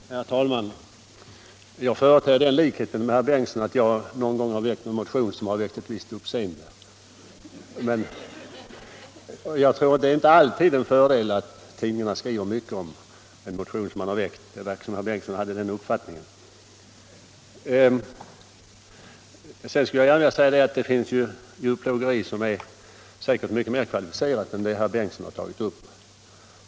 Herr talman! Jag företer den likheten med herr Bengtson att jag någon gång har väckt en motion som blivit föremål för ett visst uppseende. Men jag tror att det inte alltid är en fördel att tidningarna skriver mycket om en motion som man har väckt; det verkar som om herr Bengtson hade den uppfattningen. Sedan skulle jag gärna vilja säga att det finns djurplågeri som säkert är mycket mer kvalificerat än det herr Bengtson har tagit upp.